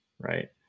right